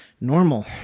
normal